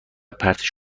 پرتش